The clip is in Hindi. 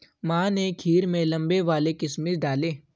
माँ ने खीर में लंबे वाले किशमिश डाले